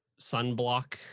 sunblock